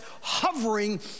hovering